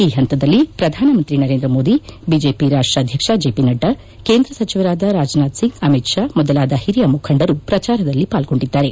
ಈ ಹಂತದಲ್ಲಿ ಪ್ರಧಾನಮಂತ್ರಿ ನರೇಂದ್ರ ಮೋದಿ ಬಿಜೆಪಿ ರಾಷ್ಟಾಧ್ಯಕ್ಷ ಜೆ ಪಿ ನಡ್ಡಾ ಕೇಂದ್ರ ಸಚಿವರಾದ ರಾಜ್ನಾಥ್ ಸಿಂಗ್ ಅಮಿತ್ ಶಾ ಮೊದಲಾದ ಹಿರಿಯ ಮುಖಂಡರು ಪ್ರಚಾರದಲ್ಲಿ ಪಾಲ್ಲೊಂಡಿದ್ದಾರೆ